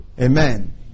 Amen